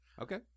Okay